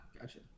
gotcha